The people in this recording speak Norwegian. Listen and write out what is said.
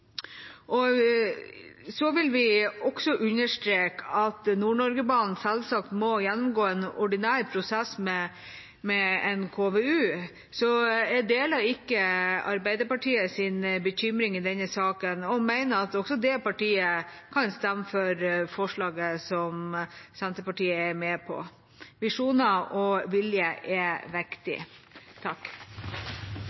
vil også understreke at Nord-Norge-banen selvsagt må gjennomgå en ordinær prosess med en KVU. Så jeg deler ikke Arbeiderpartiets bekymring i denne saken og mener at også det partiet kan stemme for forslaget som Senterpartiet er med på. Visjoner og vilje er viktig.